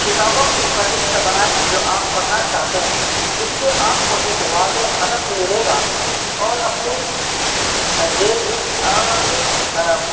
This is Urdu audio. کتابوں کی فہرست بنائیں جو آپ پڑھنا چاہتے ہیں اس سے آپ کو ایک واضح ہدف ملے گا اور اپنی دیکھ اور اپنی